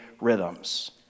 rhythms